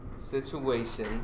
situation